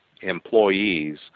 employees